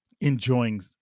enjoying